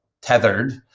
tethered